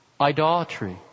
idolatry